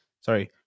sorry